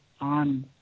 on